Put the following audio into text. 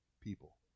people